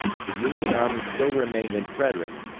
the union army still remained in frederick,